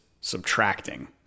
subtracting